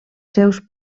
seus